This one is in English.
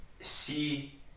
see